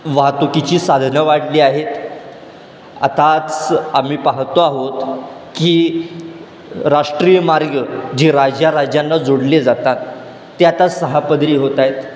वाहतुकीची साधनं वाढली आहेत आताच आम्ही पाहतो आहोत की राष्ट्रीय मार्ग जे राज्या राज्यांना जोडले जातात ते आता सहापदरी होत आहेत